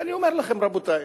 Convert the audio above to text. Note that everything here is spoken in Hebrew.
אני אומר לכם, רבותי,